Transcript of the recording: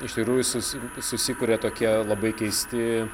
iš tikrųjų susi susikuria tokie labai keisti